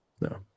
no